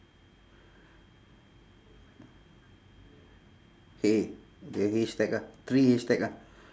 hay~ the haystack ah three haystack ah